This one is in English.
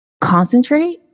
concentrate